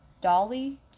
Dolly